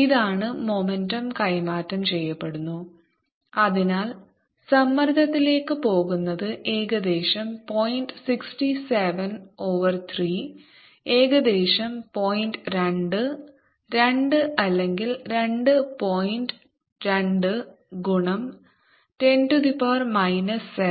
ഇതാണ് മൊമന്റം കൈമാറ്റം ചെയ്യപ്പെടുന്നു അതിനാൽ സമ്മർദ്ദത്തിലേക്ക് പോകുന്നത് ഏകദേശം പോയിന്റ് 67 ഓവർ 3 ഏകദേശം പോയിന്റ് 2 2 അല്ലെങ്കിൽ 2 പോയിന്റ് 2 ഗുണം 10 7 ന്യൂട്ടൺ പെർ മീറ്റർ സ്ക്വർ